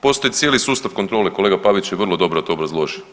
Postoji cijeli sustav kontrole, kolega Pavić je to vrlo dobro to obrazložio.